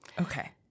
Okay